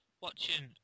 watching